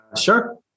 Sure